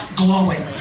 glowing